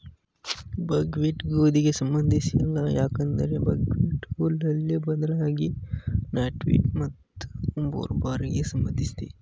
ಬಕ್ wheat ಗೋಧಿಗೆ ಸಂಬಂಧಿಸಿಲ್ಲ ಯಾಕಂದ್ರೆ ಬಕ್ಹ್ವೀಟ್ ಹುಲ್ಲಲ್ಲ ಬದ್ಲಾಗಿ ನಾಟ್ವೀಡ್ ಮತ್ತು ರೂಬಾರ್ಬೆಗೆ ಸಂಬಂಧಿಸಿದೆ